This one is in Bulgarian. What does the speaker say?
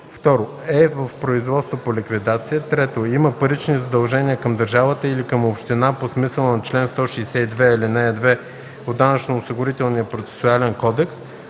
2. е в производство по ликвидация; 3. има парични задължения към държавата или към община по смисъла на чл. 162, ал. 2 от Данъчно-осигурителния процесуален кодекс,